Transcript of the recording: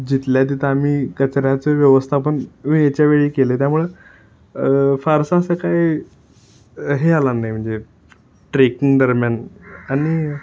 जिथल्या तिथं आम्ही कचऱ्याचं व्यवस्थापन वेळच्या वेळी केले त्यामुळं फारसं असं काय हे आला नाही म्हणजे ट्रेकिंगदरम्यान आणि